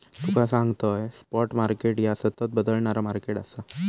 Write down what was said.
तुका सांगतंय, spot market ह्या सतत बदलणारा मार्केट आसा